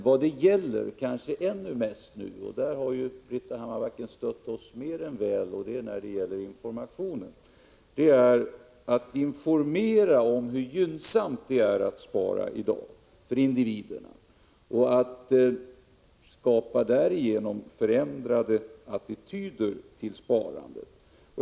Vad det gäller — och där har Britta Hammarbacken stött oss mer än väl — är att stödja informationen, att tala om hur gynnsamt det är för individen att spara i dag, och därigenom skapa förändrade attityder till sparandet.